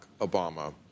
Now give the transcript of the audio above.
Obama